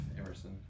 Emerson